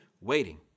waiting